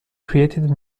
created